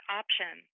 option